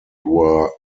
were